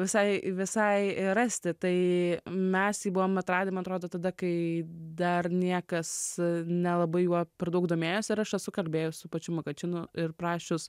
visai visai rasti tai mes jį buvom atradę atrodo tada kai dar niekas nelabai juo per daug domėjosi ir aš esu kalbėjus su pačiu makačinu ir prašius